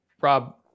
Rob